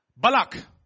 Balak